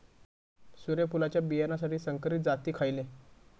सूर्यफुलाच्या बियानासाठी संकरित जाती खयले?